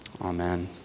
Amen